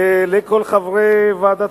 ולכל חברי ועדת